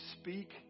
speak